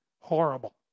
horrible